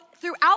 throughout